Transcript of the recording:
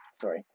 sorry